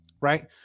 Right